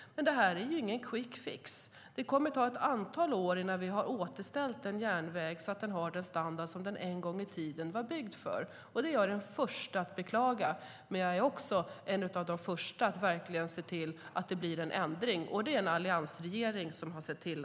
Men det är ju ingen quick fix. Det kommer att ta ett antal år innan järnvägen har återställts så att den har den standard som den en gång i tiden hade. Jag är den första att beklaga det. Men jag är också en av de första att verkligen se till att det blir en ändring, och det är det en alliansregering som har sett till.